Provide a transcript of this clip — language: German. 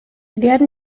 werden